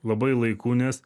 labai laiku nes